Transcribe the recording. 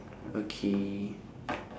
okay